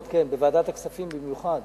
מאוד, כן, בוועדת הכספים במיוחד.